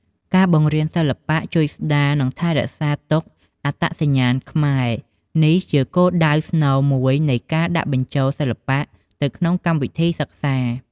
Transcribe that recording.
ការបង្រៀនសិល្បៈជួយស្តារ និងរក្សាទុកអត្តសញ្ញាណខ្មែរ នេះជាគោលដៅស្នូលមួយនៃការដាក់បញ្ចូលសិល្បៈទៅក្នុងកម្មវិធីសិក្សា។